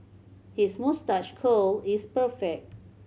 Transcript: his moustache curl is perfect